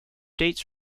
dates